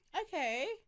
Okay